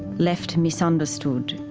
left misunderstood,